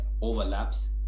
overlaps